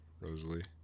Rosalie